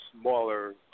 smaller